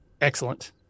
Excellent